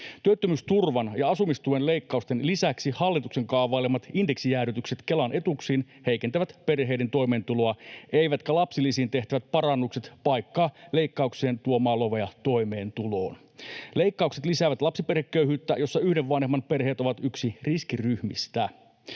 Työttömyysturvan ja asumistuen leikkausten lisäksi hallituksen kaavailemat indeksijäädytykset Kelan etuuksiin heikentävät perheiden toimeentuloa, eivätkä lapsilisiin tehtävät parannukset paikkaa leikkauksen tuomaa lovea toimeentuloon. Leikkaukset lisäävät lapsiperheköyhyyttä, jossa yhden vanhemman perheet ovat yksi riskiryhmistä.